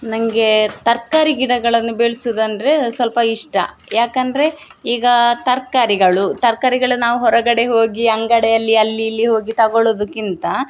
ನನಗೆ ತರಕಾರಿ ಗಿಡಗಳನ್ನು ಬೆಳ್ಸುದು ಅಂದರೆ ಸ್ವಲ್ಪ ಇಷ್ಟ ಯಾಕಂದರೆ ಈಗ ತರಕಾರಿಗಳು ತರ್ಕಾರಿಗಳು ನಾವು ಹೊರಗಡೆ ಹೋಗಿ ಅಂಗಡಿಯಲ್ಲಿ ಅಲ್ಲಿ ಇಲ್ಲಿ ಹೋಗಿ ತಗೊಳೋದಕ್ಕಿಂತ